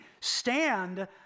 stand